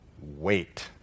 wait